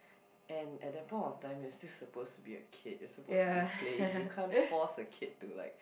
and at that point of time you are still supposed to be a kid you are supposed to be playing you can't force a kid to like